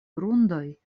grundoj